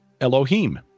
Elohim